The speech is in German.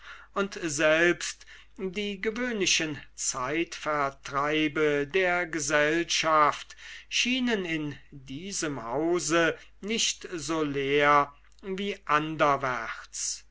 und selbst die gewöhnlichen zeitvertreibe der gesellschaft schienen in diesem hause nicht so leer wie anderwärts